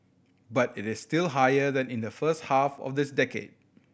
but it is still higher than in the first half of this decade